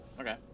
Okay